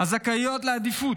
הזכאיות לעדיפות.